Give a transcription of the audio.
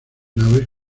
naves